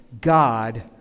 God